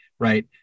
Right